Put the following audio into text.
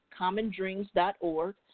CommonDreams.org